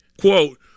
Quote